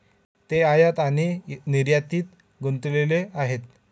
ते आयात आणि निर्यातीत गुंतलेले आहेत